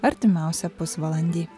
artimiausią pusvalandį